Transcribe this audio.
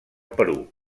perú